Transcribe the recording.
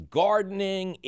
gardening